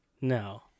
no